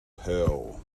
pearl